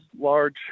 large